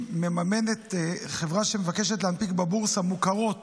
שמממנת חברה שמבקשת להנפיק בבורסה מוכרות